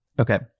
Okay